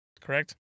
Correct